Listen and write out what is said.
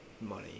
money